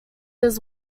his